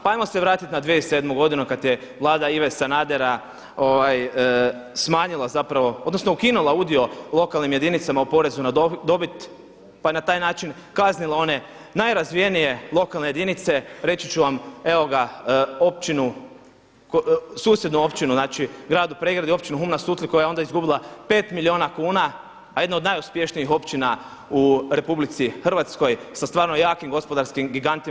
Pa ajmo se vratiti na 2007. godinu kad je Vlada Ive Sanadera smanjila zapravo, odnosno ukinula udio lokalnim jedinicama u porezu na dobit pa je na taj način kaznila one najrazvijenije lokalne jedinice reći ću vam evo ga općinu susjednu općinu, znači Gradu Pregradi, općinu Hum na Sutli koja je onda izgubila 5 milijuna kuna a jedna je od najuspješnijih općina u RH sa stvarno jakim gospodarskim gigantima.